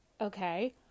Okay